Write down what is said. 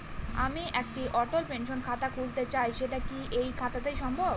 আমি একটি অটল পেনশন খাতা খুলতে চাই সেটা কি এই শাখাতে সম্ভব?